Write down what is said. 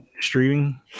streaming